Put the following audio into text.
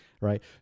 Right